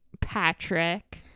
Patrick